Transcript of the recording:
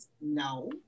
No